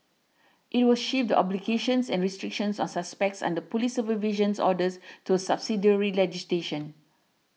it will shift the obligations and restrictions on suspects under police supervision orders to subsidiary legislation